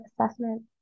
assessments